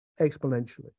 exponentially